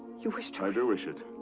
you wish to i do wish it.